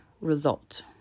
Result